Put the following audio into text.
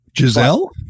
Giselle